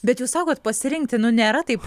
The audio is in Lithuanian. bet jūs sakot pasirinkti nu nėra taip